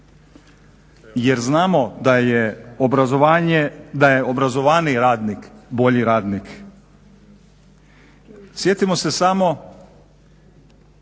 jer znamo da je obrazovaniji radnik bolji radnik. Sjetimo se samo